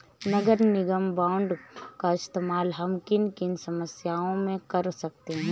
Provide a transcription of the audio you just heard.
नगर निगम बॉन्ड का इस्तेमाल हम किन किन समस्याओं में कर सकते हैं?